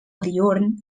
diürn